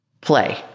play